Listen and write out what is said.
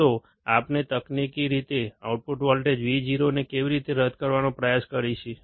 તો આપણે તકનીકી રીતે આઉટપુટ વોલ્ટેજ Vo ને કેવી રીતે રદ કરવાનો પ્રયાસ કરીએ